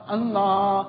Allah